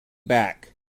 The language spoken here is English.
back